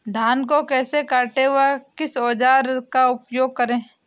धान को कैसे काटे व किस औजार का उपयोग करें?